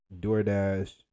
doordash